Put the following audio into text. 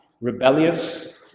rebellious